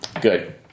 Good